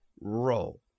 Roll